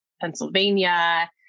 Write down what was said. Pennsylvania